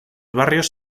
barrios